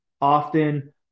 often